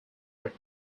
were